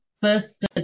first